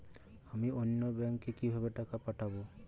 আমি অন্য ব্যাংকে কিভাবে টাকা পাঠাব?